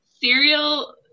Cereal